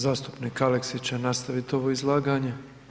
Zastupnik Aleksić će nastavit ovo izlaganje.